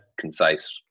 concise